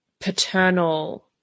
paternal